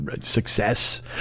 success